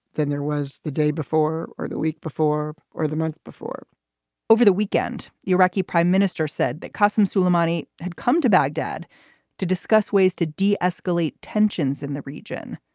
then there was the day before or the week before or the month before over the weekend, iraqi prime minister said that customs suleimani had come to baghdad to discuss ways to de-escalate tensions in the region.